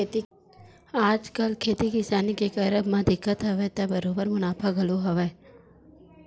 आजकल खेती किसानी के करब म दिक्कत हवय त बरोबर मुनाफा घलो हवय